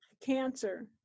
cancer